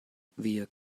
wir